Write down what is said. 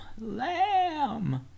Lamb